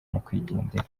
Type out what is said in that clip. nyakwigendera